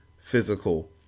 physical